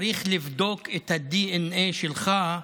צריך לבדוק את הדנ"א שלך,